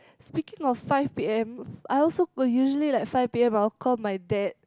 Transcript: Speaking of five P_M I also usually like five P_M I will call my dad